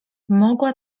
mogła